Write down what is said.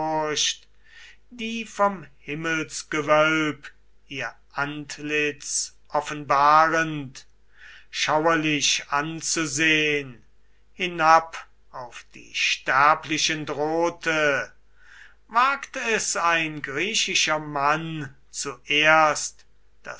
die vom himmelsgewölb ihr antlitz offenbarend schauerlich anzusehen hinab auf die sterblichen drohte wagt es ein griechischer mann zuerst